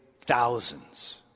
thousands